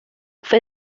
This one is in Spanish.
fue